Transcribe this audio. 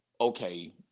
okay